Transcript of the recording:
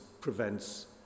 prevents